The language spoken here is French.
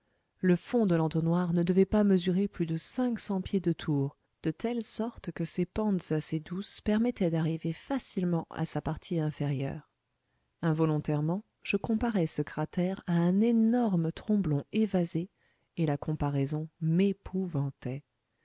le fond de l'entonnoir ne devait pas mesurer plus de cinq cents pieds de tour de telle sorte que ses pentes assez douces permettaient d'arriver facilement à sa partie inférieure involontairement je comparais ce cratère à un énorme tromblon évasé et la comparaison